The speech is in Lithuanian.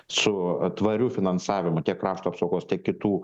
su tvariu finansavimu tiek krašto apsaugos tiek kitų